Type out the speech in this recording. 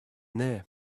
there